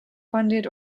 funded